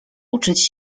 uczyć